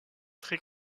très